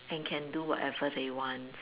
and can do whatever they want